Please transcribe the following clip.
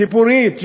ציפורית,